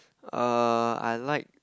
err I like